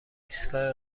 ایستگاه